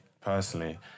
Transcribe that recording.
personally